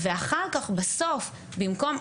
בשפל שלהם,